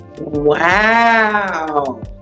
wow